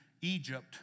Egypt